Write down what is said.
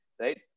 right